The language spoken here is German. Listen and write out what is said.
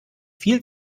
viel